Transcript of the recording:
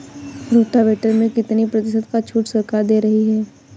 Rotavator में कितनी प्रतिशत का छूट सरकार दे रही है?